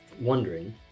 wondering